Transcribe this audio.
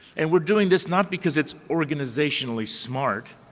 and we're doing this not because it's organizationally smart,